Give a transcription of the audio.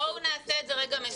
בואו נעשה את זה מסודר.